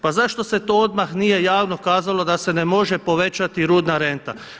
Pa zašto se to odmah nije javno kazalo da se ne može povećati rudna renta.